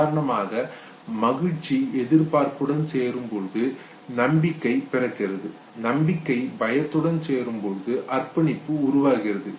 உதாரணமாக மகிழ்ச்சி எதிர்பார்ப்புடன் சேரும்பொழுது நம்பிக்கை பிறக்கிறது நம்பிக்கை பயத்துடன் சேரும்பொழுது அற்பணிப்பு உருவாகிறது